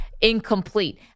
Incomplete